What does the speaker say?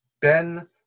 ben